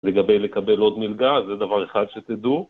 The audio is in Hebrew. לגבי לקבל עוד מלגה, זה דבר אחד שתדעו.